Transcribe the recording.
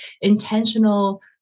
intentional